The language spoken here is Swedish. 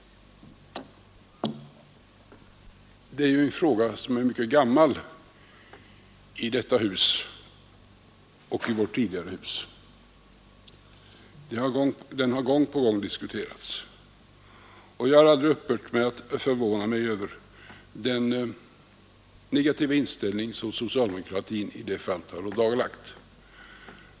Det är ju en fråga som är mycket gammal och som debatterats både i detta hus och i vårt tidigare hus. Den har gång på gång diskuterats. Jag har aldrig upphört att förvåna mig över den negativa inställning som socialdemokratin i det fallet har ådagalagt.